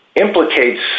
implicates